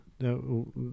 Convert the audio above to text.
No